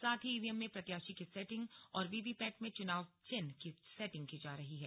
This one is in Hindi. साथ ही ईवीएम में प्रत्याशी की सेटिंग और वीवीपैट में चुनाव चिन्ह की सेटिंग की जा रही है